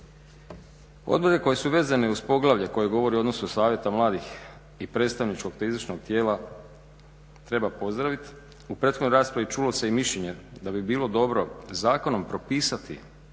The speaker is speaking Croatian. Odredbe koje su vezane uz poglavlje koje govori o odnosu Savjeta mladih i predstavničkog te izvršnog tijela treba pozdraviti. U prethodnoj raspravi čulo se i mišljenje da bi bilo dobro zakonom propisati